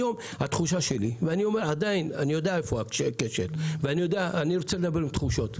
היום אני יודע איפה הכשל ואני רוצה לדבר על תחושות.